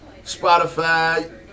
Spotify